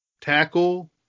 tackle